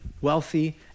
wealthy